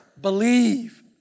Believe